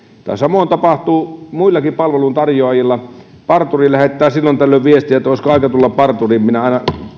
samoin tapahtuu muillakin palveluntarjoajilla parturi lähettää silloin tällöin viestiä että olisiko aika tulla parturiin minä aina